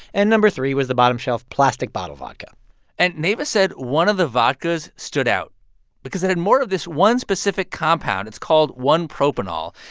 and number three was the bottom-shelf, plastic-bottle vodka and neva said one of the vodkas stood out because it had more of this one specific compound. it's called one propanol.